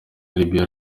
libya